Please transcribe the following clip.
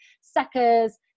Suckers